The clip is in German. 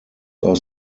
aus